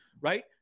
right